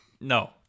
No